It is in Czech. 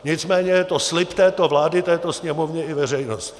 Nicméně je to slib této vlády této Sněmovně i veřejnosti.